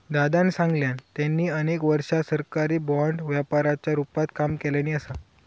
दादानं सांगल्यान, त्यांनी अनेक वर्षा सरकारी बाँड व्यापाराच्या रूपात काम केल्यानी असा